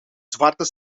zwarte